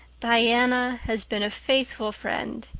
diana has been a faithful friend.